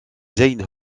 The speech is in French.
jane